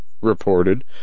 reported